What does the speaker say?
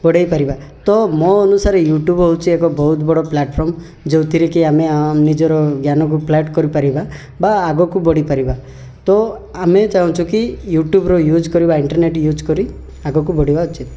ବଢ଼େଇ ପାରିବା ତ ମୋ ଅନୁସାରେ ୟୁ ଟ୍ୟୁବ୍ ହେଉଛି ଏକ ବହୁତ ବଡ଼ ପ୍ଲାଟଫାର୍ମ ଯେଉଁଥିରେ କି ଆମେ ଆ ନିଜର ଜ୍ଞାନକୁ ପ୍ଲାଟ୍ କରିପାରିବା ବା ଆଗକୁ ବଢ଼ି ପାରିବା ତ ଆମେ ଚାହୁଁଛୁ କି ୟୁ ଟ୍ୟୁବ୍ର ୟୁଜ୍ କରିବା ଇଣ୍ଟରନେଟ୍ ୟୁଜ୍ କରି ଆଗକୁ ବଢ଼ିବା ଉଚିତ୍